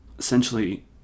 Essentially